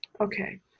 Okay